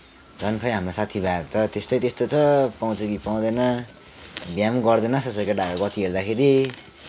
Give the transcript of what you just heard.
झन खोइ हाम्रा साथीभाईहरू त त्यस्तै त्यस्तो छ पाउँछ कि पाउँदैन बिहे पनि गर्दैन जस्तो छ केटाहरूको गति हेर्दाखेरि